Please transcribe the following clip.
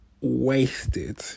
wasted